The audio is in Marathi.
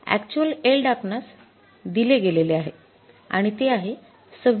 अक्यचुअल एल्ड आपणास दिले गेलेले आहे आणि ते आहे २६